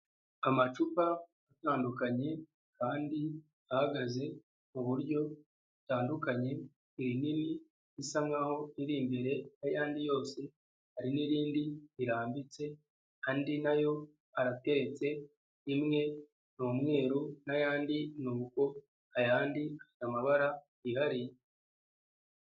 Amacupa atandukanye kandi ahagaze mu buryo butandukanye, irinini risa nk'aho iri imbere y'ayandi yose, hari n'irindi rirambitse andi nayo arateretse, rimwe ni umweru n'ayandi ni uko, ayandi ni amabara yihariye.